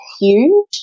huge